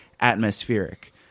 atmospheric